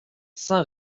saint